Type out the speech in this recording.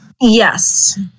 Yes